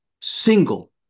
single